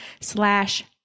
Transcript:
slash